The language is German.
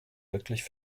wirklich